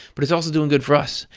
but it's also doing good for us.